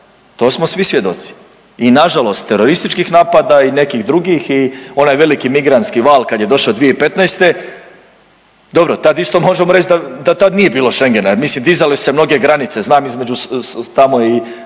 To smo svi svjedoci. I na žalost terorističkih napada i nekih drugih i onaj veliki migrantski val kad je došao 2015.. Dobro, tad isto možemo reći da tad nije bilo Schengena. Jer mislim dizale su se mnoge granice, znam tamo i